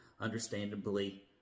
understandably